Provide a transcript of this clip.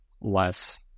less